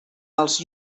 els